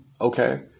okay